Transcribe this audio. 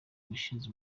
washinze